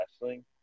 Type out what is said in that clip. wrestling